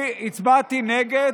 אתה מאמין בפשרה ומצביע נגד.